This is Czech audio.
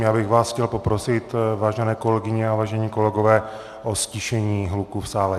Chtěl bych vás poprosit, vážené kolegyně a vážení kolegové, o ztišení hluku v sále.